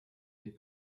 des